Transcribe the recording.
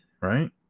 right